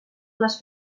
les